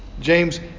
James